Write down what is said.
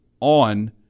on